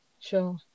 sure